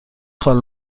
خال